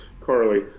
Carly